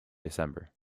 december